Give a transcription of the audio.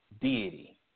deity